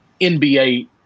NBA